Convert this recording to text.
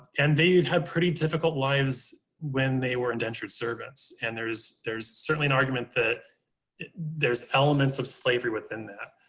and they had pretty difficult lives when they were indentured servants. and there's, there's certainly an argument that there's elements of slavery within that.